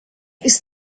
ist